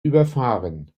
überfahren